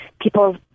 people